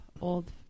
old